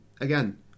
again